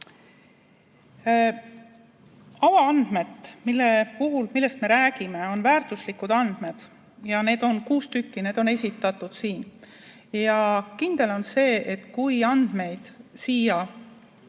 Avaandmed, millest me räägime, on väärtuslikud andmed, neid on kuus liiki ja need on siin esitatud. Kindel on see, et kui andmeid siia